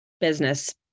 business